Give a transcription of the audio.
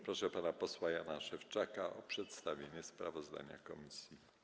Proszę pana posła Jana Szewczaka o przedstawienie sprawozdania komisji.